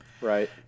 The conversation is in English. Right